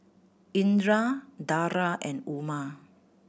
Indra Dara and Umar